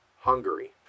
Hungary